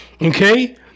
Okay